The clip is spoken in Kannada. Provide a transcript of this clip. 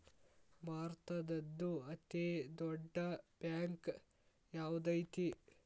ಭಾರತದ್ದು ಅತೇ ದೊಡ್ಡ್ ಬ್ಯಾಂಕ್ ಯಾವ್ದದೈತಿ?